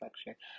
structure